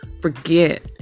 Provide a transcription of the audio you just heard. forget